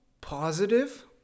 positive